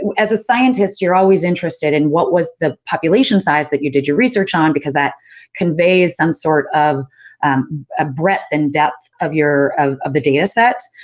as a scientist, you're always interested in what was the population size that you did your research on, because that conveys some sort of ah breadth and depth of your, of of the dataset.